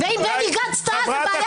ואם בני גנץ טעה, זו בעיה שלו.